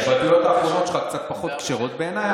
ההתבטאויות האחרונות שלך קצת פחות כשרות בעיניי,